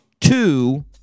two